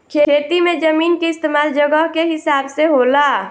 खेती मे जमीन के इस्तमाल जगह के हिसाब से होला